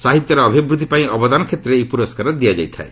ସାହିତ୍ୟର ଅଭିବୃଦ୍ଧି ପାଇଁ ଅବଦାନ କ୍ଷେତ୍ରରେ ଏହି ପୁରସ୍କାର ଦିଆଯାଇଥାଏ